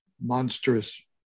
monstrous